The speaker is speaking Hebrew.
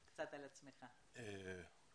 בוועד.